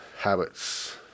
habits